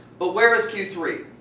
but where is q three?